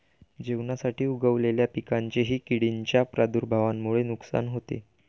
जेवणासाठी उगवलेल्या पिकांचेही किडींच्या प्रादुर्भावामुळे नुकसान होते